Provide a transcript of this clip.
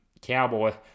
cowboy